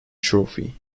trophy